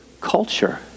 culture